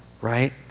Right